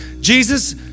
Jesus